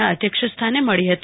ના અધ્યક્ષસ્થાને મળી હતી